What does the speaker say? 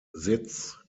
sitz